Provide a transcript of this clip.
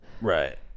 right